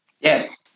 Yes